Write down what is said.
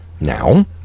now